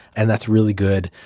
and that's really good,